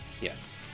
Yes